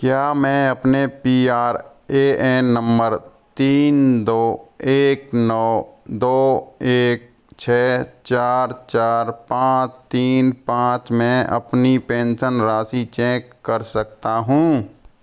क्या मैं अपने P R A N number तीन दो एक नौ दो एक छः चार चार पाँच तीन पाँच में अपनी पेंसन राशि चेंक कर सकता हूँ